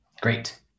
Great